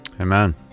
Amen